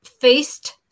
faced